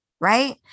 right